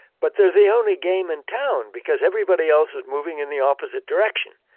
but they're the only game in town because everybody else is moving in the opposite direction.